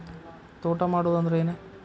ತೋಟ ಮಾಡುದು ಅಂದ್ರ ಏನ್?